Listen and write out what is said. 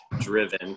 Driven